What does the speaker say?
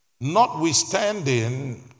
notwithstanding